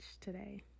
today